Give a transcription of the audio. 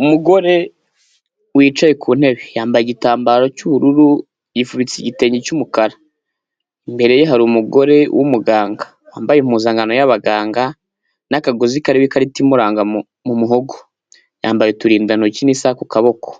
Umugore wicaye ku ntebe, yambaye igitambaro cy'ubururu yifubitse igitenge cy'umukara, imbere ye hari umugore w'umuganga, wambaye impuzankano y'abaganga n'akagozi kariho ikarita imuranga mu muhogo, yambaye uturindantoki n'isaha ku kaboko,